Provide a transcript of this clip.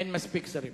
איפה השר?